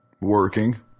working